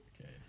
Okay